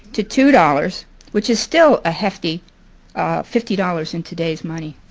to two dollars which is still a hefty fifty dollars in today's money.